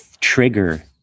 trigger